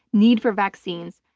need for vaccines,